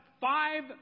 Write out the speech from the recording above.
five